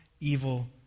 evil